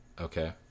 Okay